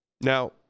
Now